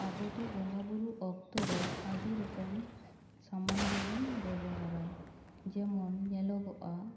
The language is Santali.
ᱟᱵᱚ ᱫᱚ ᱵᱚᱸᱜᱟ ᱵᱩᱨᱩ ᱚᱠᱛᱚ ᱨᱮ ᱟᱹᱰᱤ ᱨᱚᱠᱚᱢ ᱥᱟᱢᱟᱱ ᱜᱮᱵᱚᱱ ᱵᱮᱵᱚᱦᱟᱨᱟ ᱡᱮᱢᱚᱱ ᱧᱮᱞᱚᱜᱚᱜᱼᱟ